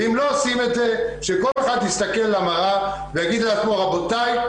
ואם לא עושים את זה שכל אחד יסתכל למראה ויגיד לעצמו: רבותיי,